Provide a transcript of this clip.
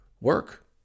work